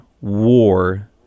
war